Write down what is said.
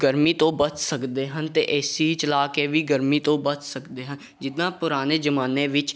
ਗਰਮੀ ਤੋਂ ਬਚ ਸਕਦੇ ਹਨ ਅਤੇ ਏ ਸੀ ਚਲਾ ਕੇ ਵੀ ਗਰਮੀ ਤੋਂ ਬਚ ਸਕਦੇ ਹਾਂ ਜਿੱਦਾਂ ਪੁਰਾਣੇ ਜਮਾਨੇ ਵਿੱਚ